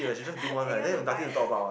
eh you want to buy